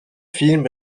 film